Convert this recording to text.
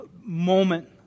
moment